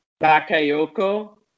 Bakayoko